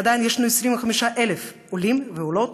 כי יש לנו 25,000 עולים ועולות,